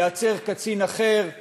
ייעצר קצין אחר בדנמרק,